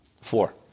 Four